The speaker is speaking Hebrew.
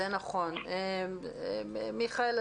מיכאל,